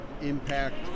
impact